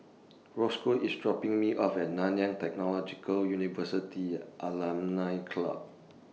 Rosco IS dropping Me off At Nanyang Technological University Alumni Club